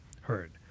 heard